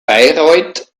bayreuth